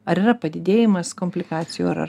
ar yra padidėjimas komplikacijų ar ar